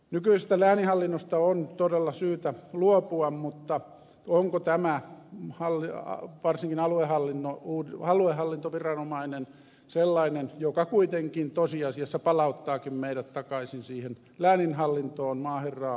nykyisestä lääninhallinnosta on todella syytä luopua mutta onko tämä varsinkin aluehallintoviranomainen sellainen joka kuitenkin tosiasiassa palauttaakin meidät takaisin siihen lääninhallintoon maaherraa lukuun ottamatta